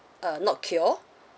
uh not cure